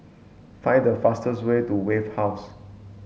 find the fastest way to Wave House